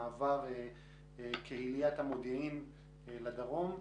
ומעבר קהיליית המודיעין לדרום.